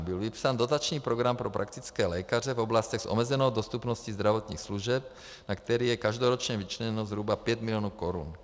Byl vypsán dotační program pro praktické lékaře v oblastech s omezenou dostupností zdravotních služeb, na který je každoročně vyčleněno zhruba 5 mil. korun.